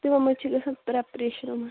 تِمن منٛز چھِ گژھان پرٛیٚپرٛیشن یِمن